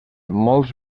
molts